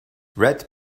red